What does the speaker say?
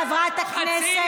חברת הכנסת פארן,